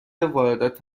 واردات